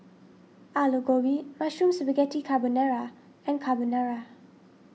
Alu Gobi Mushroom Spaghetti Carbonara and Carbonara